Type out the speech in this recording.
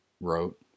wrote